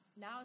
Now